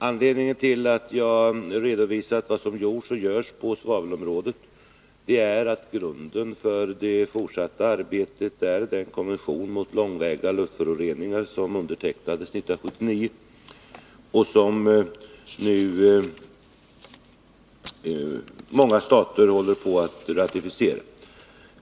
Anledningen till att jag redovisat vad som gjorts och görs på svavelområdet är att grunden för det fortsatta arbetet är den konvention om långväga gränsöverskridande luftföroreningar som undertecknades 1979 och som många stater nu håller på att ratificera.